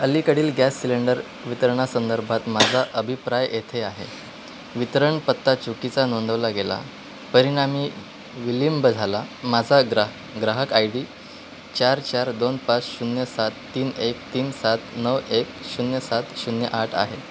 अलीकडील gas cylinder वितरणासंदर्भात माझा अभिप्राय येथे आहे वितरणपत्ता चुकीचा नोंदवला गेला परिणामी विलंब झाला माझा ग्राह ग्राहक आय डी चार चार दोन पाच शून्य सात तीन एक तीन सात नऊ एक शून्य सात शून्य आठ आहे